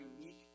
unique